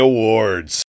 Awards